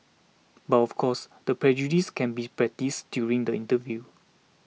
but of course the prejudice can be produce during the interview